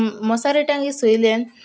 ମଶାରୀ ଟାଙ୍ଗି ଶୋଇଲେ